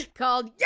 called